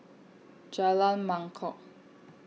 Jalan Mangkok